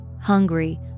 hungry